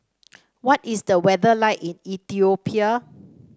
what is the weather like in Ethiopia